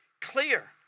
clear